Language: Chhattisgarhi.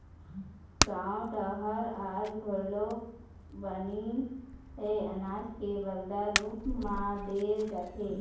गाँव डहर आज घलोक बनी ह अनाज के बदला रूप म दे जाथे